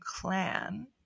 clan